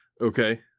Okay